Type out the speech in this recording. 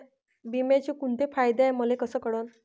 बिम्याचे कुंते फायदे हाय मले कस कळन?